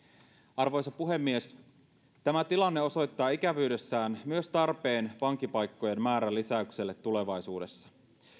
arvoisa puhemies tämä tilanne osoittaa ikävyydessään myös tarpeen vankipaikkojen määrän lisäykselle tulevaisuudessa